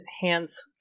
hands